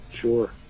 Sure